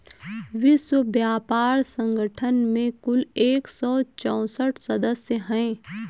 विश्व व्यापार संगठन में कुल एक सौ चौसठ सदस्य हैं